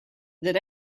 that